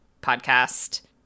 podcast